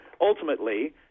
ultimately